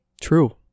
True